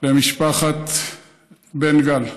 למשפחת בן גל,